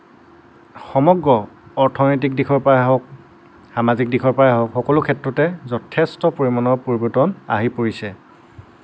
সমগ্ৰ অৰ্থনৈতিক দিশৰ পৰাই হওক সামাজিক দিশৰ পৰাই হওক সকলো ক্ষেত্ৰতেই যথেষ্ট পৰিমাণৰ পৰিৱৰ্তন আহি পৰিছে